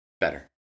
better